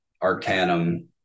arcanum